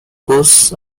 goes